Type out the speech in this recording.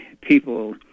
people